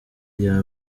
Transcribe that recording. iya